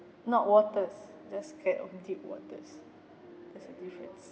not waters just scared of deep waters there's a difference